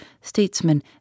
statesman